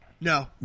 No